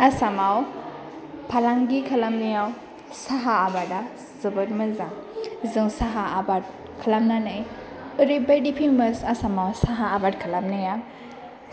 आसामाव फालांगि खालामनायाव साहा आबादा जोबोद मोजां जों साहा आबाद खालामनानै ओरैबादि पेमास आसामाव साहा आबाद खालामनाया